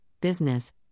business